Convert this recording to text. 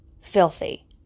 filthy